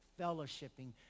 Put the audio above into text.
fellowshipping